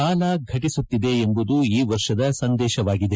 ಕಾಲ ಘಟಿಸುತ್ತಿದೆ ಎಂಬುದು ಈ ವರ್ಷದ ಸಂದೇಶವಾಗಿದೆ